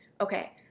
okay